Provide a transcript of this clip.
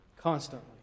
constantly